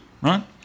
right